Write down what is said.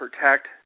protect